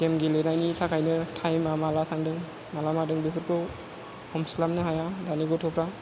game गेलेनायनि थाखायनो टाइमआ माला थांदों माला मादों बेफोरखौ हमस्लाबनो हाया दानि गथ'फ्रा